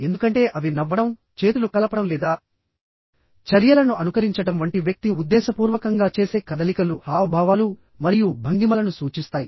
ఎందుకంటే అవి నవ్వడం చేతులు కలపడం లేదా చర్యలను అనుకరించడం వంటి వ్యక్తి ఉద్దేశపూర్వకంగా చేసే కదలికలు హావభావాలు మరియు భంగిమలను సూచిస్తాయి